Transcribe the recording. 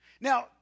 Now